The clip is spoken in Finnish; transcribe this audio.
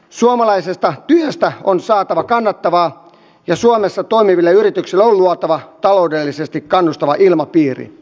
suomalaisesta työstä on saatava kannattavaa ja suomessa toimiville yrityksille on luotava taloudellisesti kannustava ilmapiiri